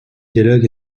dialogue